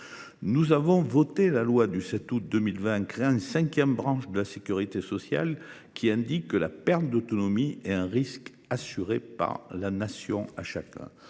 Nous avons voté la loi du 7 août 2020 créant une cinquième branche de la sécurité sociale, qui indique que la perte d’autonomie est un risque assuré par la Nation à chacun.